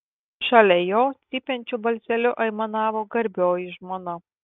šalia jo cypiančiu balseliu aimanavo garbioji žmona